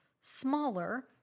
smaller